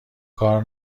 کار